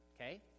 okay